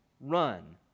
run